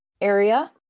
area